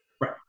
Right